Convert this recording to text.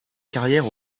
carrière